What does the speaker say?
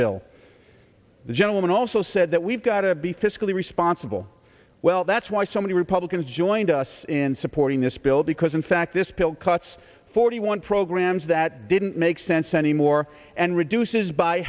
the gentleman also said that we've got to be fiscally responsible well that's why so many republicans joined us in supporting this bill because in fact this bill cuts forty one programs that didn't make sense anymore and reduces by